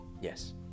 Yes